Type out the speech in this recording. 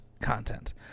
content